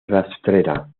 rastrera